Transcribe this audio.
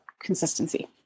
consistency